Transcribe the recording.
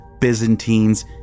Byzantines